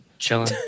Chilling